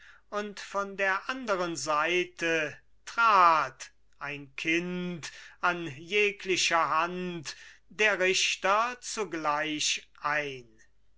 und von der anderen seite trat ein kind an jeglicher hand der richter zugleich ein